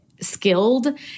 skilled